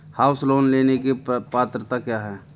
House loan लेने की पात्रता क्या है?